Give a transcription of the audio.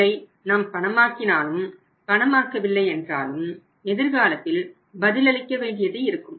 இதை நாம் பணமாக்கினாலும் பணமாக்கவில்லை என்றாலும் எதிர்காலத்தில் பதிலளிக்க வேண்டியது இருக்கும்